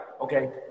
okay